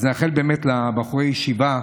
אז נאחל לבחורי הישיבה,